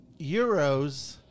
Euros